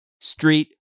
street